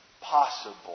possible